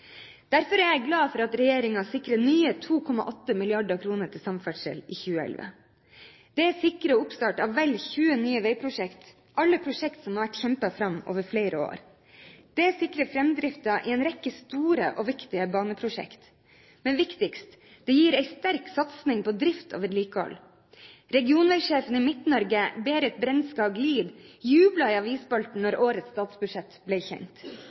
Derfor er jeg glad for at regjeringen sikrer nye 2,8 mrd. kr til samferdsel i 2011. Det sikrer oppstart av vel 20 nye veiprosjekter. Alle er prosjekter som har vært kjempet fram over flere år. Dette sikrer framdriften i en rekke store og viktige baneprosjekter, men viktigst: Det gir en sterk satsing på drift og vedlikehold. Regionvegsjefen i Midt-Norge, Berit Brendskag Lied, jublet i avisspaltene da årets statsbudsjett ble kjent.